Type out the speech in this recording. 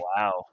Wow